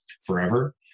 forever